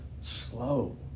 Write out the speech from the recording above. slow